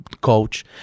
coach